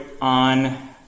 on